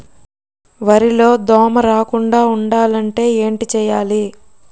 వరిలో దోమ రాకుండ ఉండాలంటే ఏంటి చేయాలి?